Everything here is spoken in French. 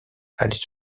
allait